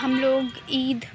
ہم لوگ عید